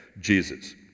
Jesus